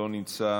לא נמצא,